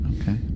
Okay